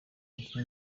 umukinnyi